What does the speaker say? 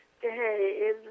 hey